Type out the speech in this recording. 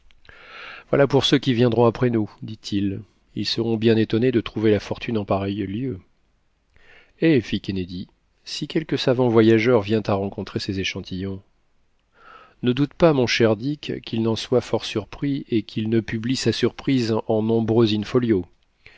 voilà pour ceux qui viendront après nous dit-il ils seront bien étonnés de trouver la fortune en pareil lieu eh fit kennedy si quelque savant voyageur vient à rencontrer ces échantillons ne doute pas mon cher dick qu'il n'en soit fort surpris et qu'il ne publie sa surprise en nombreux in-folios